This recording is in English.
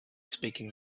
speaking